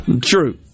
True